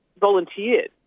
volunteered